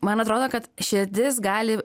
man atrodo kad širdis gali